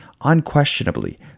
unquestionably